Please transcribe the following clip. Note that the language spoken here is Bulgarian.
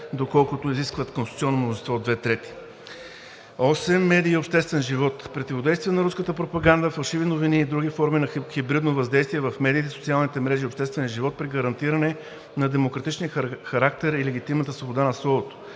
доколкото изискват конституционно мнозинство от две трети. 8. Медии и обществен живот: противодействие на руската пропаганда, фалшиви новини и други форми на хибридно въздействие в медиите, социалните мрежи и обществения живот при гарантиране на демократичния характер и легитимната свобода на словото;